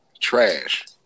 Trash